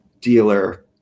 dealer